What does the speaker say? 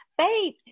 faith